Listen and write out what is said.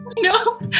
No